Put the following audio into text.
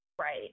right